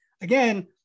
again